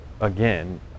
again